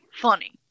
funny